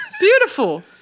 Beautiful